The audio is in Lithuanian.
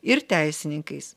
ir teisininkais